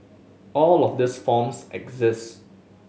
all of these forms exist